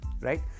right